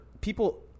people